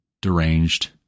deranged